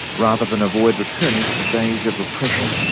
rather than avoid returning to the days of repression,